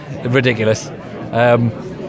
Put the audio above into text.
Ridiculous